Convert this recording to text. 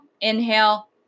inhale